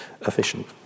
efficient